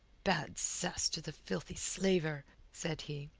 bad cess to the filthy slaver! said he.